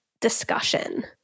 discussion